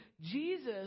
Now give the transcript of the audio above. Jesus